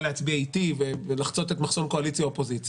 להצביע איתי ולחצות את מחסום קואליציה-אופוזיציה.